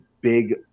big